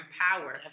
power